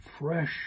fresh